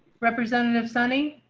representative sunny.